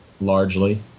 largely